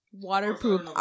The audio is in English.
Waterproof